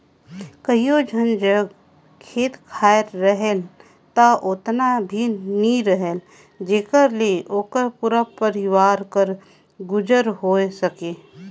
कइयो झन जग खेत खाएर रहेल ता ओतना भी नी रहें जेकर ले ओकर पूरा परिवार कर गुजर होए सके